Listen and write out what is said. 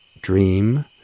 dream